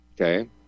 Okay